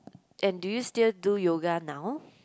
and do you still do yoga now